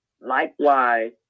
likewise